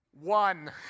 One